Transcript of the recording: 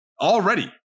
already